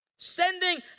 Sending